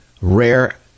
rare